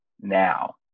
now